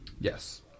yes